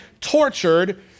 tortured